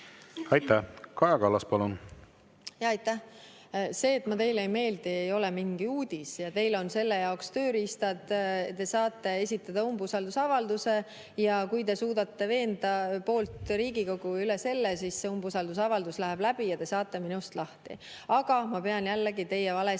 samamoodi. Aitäh! See, et ma teile ei meeldi, ei ole mingi uudis. Ja teil on selle jaoks tööriistad: te saate esitada umbusaldusavalduse. Kui te suudate veenda poolt Riigikogu ja üle selle, siis see umbusaldusavaldus läheb läbi ja te saate minust lahti. Aga ma pean jälle teie valesid